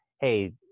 hey